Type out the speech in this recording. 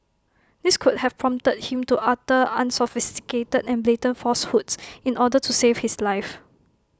this could have prompted him to utter unsophisticated and blatant falsehoods in order to save his life